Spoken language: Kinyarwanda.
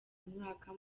umwaka